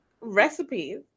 recipes